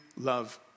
love